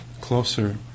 closer